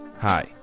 Hi